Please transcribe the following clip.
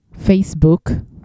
Facebook